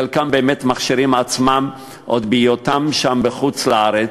חלקם מכשירים את עצמם עוד בהיותם בחוץ-לארץ,